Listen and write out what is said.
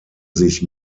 sich